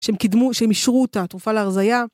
שהם קידמו, שהם אישרו אותה תרופה להרזייה.